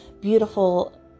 beautiful